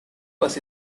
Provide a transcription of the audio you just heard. was